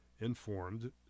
informed